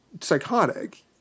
psychotic